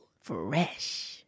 Fresh